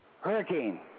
Hurricane